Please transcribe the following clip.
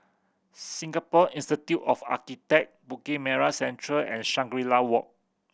Singapore Institute of Architect Bukit Merah Central and Shangri La Walk